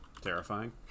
terrifying